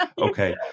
Okay